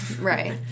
Right